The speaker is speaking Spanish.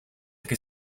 que